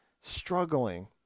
struggling